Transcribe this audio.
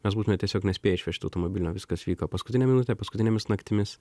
mes būtume tiesiog nespėję išvežt automobilio viskas vyko paskutinę minutę paskutinėmis naktimis